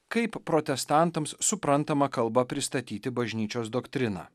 kaip protestantams suprantama kalba pristatyti bažnyčios doktriną